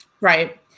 right